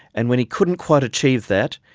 and when he couldn't quite achieve that,